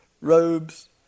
robes